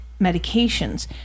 medications